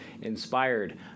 inspired